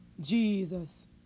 Jesus